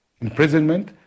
imprisonment